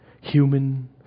human